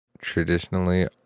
traditionally